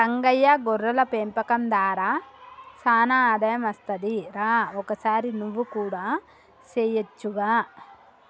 రంగయ్య గొర్రెల పెంపకం దార సానా ఆదాయం అస్తది రా ఒకసారి నువ్వు కూడా సెయొచ్చుగా